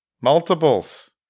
Multiples